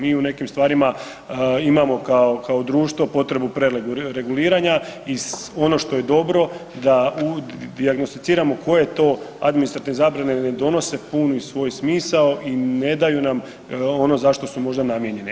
Mi u nekim stvarima imamo kao, kao društvo potrebu prereguliranja i ono što je dobro da dijagnosticiramo koje to administrativne zabrane ne donose puni svoj smisao i ne daju nam ono zašto su možda namijenjene.